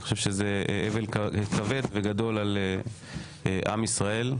ואני חושב שזה אבל כבד וגדול לעם ישראל,